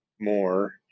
more